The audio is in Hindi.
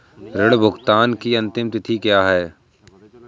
ऋण भुगतान की अंतिम तिथि क्या है?